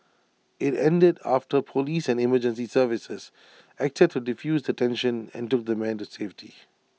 IT ended after Police and emergency services acted to defuse the tension and took the man to safety